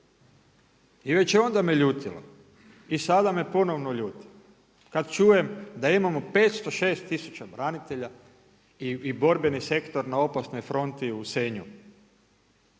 I već je onda me ljutilo i sada me ponovno ljuti kada čujem da imamo 506 tisuća branitelja i borbeni sektora na opasnoj fronti u Senju.